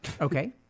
Okay